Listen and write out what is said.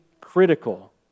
critical